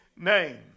name